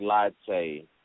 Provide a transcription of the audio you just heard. Latte